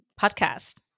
podcast